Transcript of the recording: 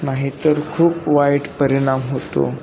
नाहीतर खूप वाईट परिणाम होतो